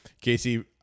Casey